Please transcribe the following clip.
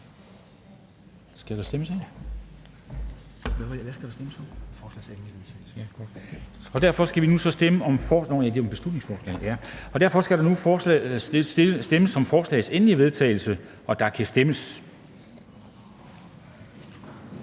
Kristensen): Der stemmes om forslagets endelige vedtagelse, og der kan stemmes.